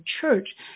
church